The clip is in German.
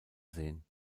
sehen